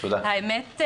האמת,